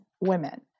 women